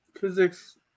Physics